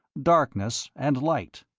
darkness and light.